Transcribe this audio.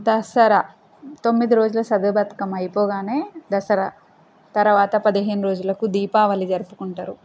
దసరా తొమ్మిది రోజుల సద్దు బతుకమ్మ అయిపోగానే దసరా తర్వాత పదిహేను రోజులకు దీపావళి జరుపుకుంటారు